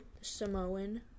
Samoan